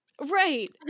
right